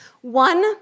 one